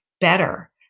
better